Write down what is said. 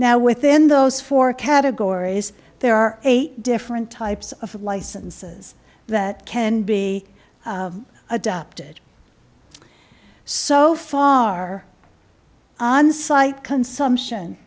now within those four categories there are eight different types of licenses that can be adopted so far onsite consumption